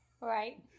Right